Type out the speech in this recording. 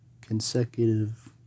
consecutive